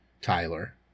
Tyler